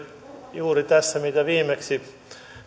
juuri tähän mitä viimeksi